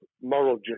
moral